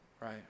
Right